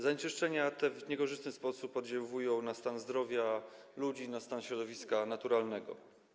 Zanieczyszczenia te w niekorzystny sposób oddziałują na stan zdrowia ludzi, na stan środowiska naturalnego.